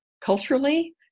culturally